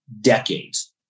decades